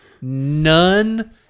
None